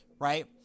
Right